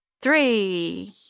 three